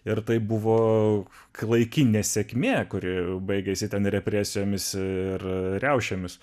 ir tai buvo klaiki nesėkmė kuri baigiasi ten represijomis ir riaušėmis